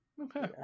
Okay